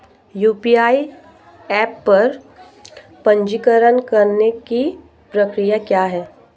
UPI app पर पंजीकरण करने की प्रक्रिया क्या है?